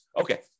Okay